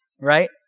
right